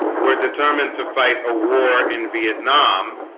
were determined to fight a war in vietnam